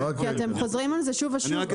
כי אתם חוזרים על זה שוב ושוב.